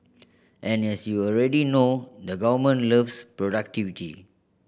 and as you already know the government loves productivity